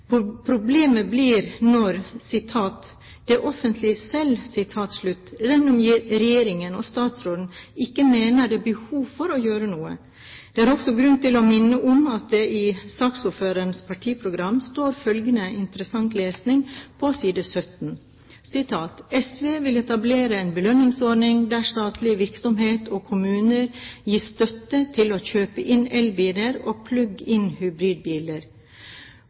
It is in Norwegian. Problemet oppstår når «det offentlige selv», gjennom regjeringen og statsråden, ikke mener det er behov for å gjøre noe. Det er også grunn til å minne om at det i arbeidsprogrammet til det partiet saksordføreren tilhører, står følgende interessante lesing på side 17: «SV vil etablere en belønningsordning der statlig virksomhet og kommuner gis støtte til å kjøpe inn elbiler og